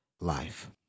life